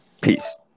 Peace